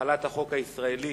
החלת החוק הישראלי